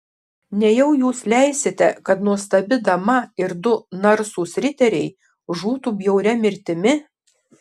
nejau jūs leisite kad nuostabi dama ir du narsūs riteriai žūtų bjauria mirtimi